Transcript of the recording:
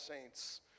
saints